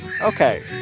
Okay